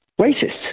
racists